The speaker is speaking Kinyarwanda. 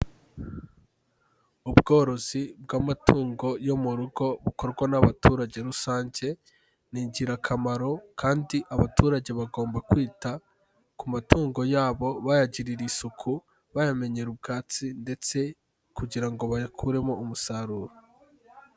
Ubworozi bw'amatungo yo mu rugo bukorwa n'abaturage rusange, ni ingirakamaro kandi abaturage bagomba kwita ku matungo yabo bayagirira isuku, bayamenyera ubwatsi ndetse kugira ngo bayakuremo umusaruro.